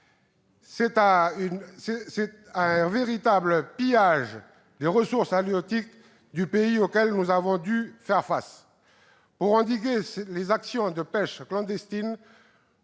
C'est à un véritable pillage des ressources halieutiques du pays que nous avons dû faire face. Pour endiguer les actions de pêche clandestine,